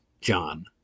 John